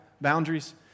boundaries